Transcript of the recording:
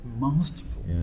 masterful